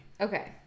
Okay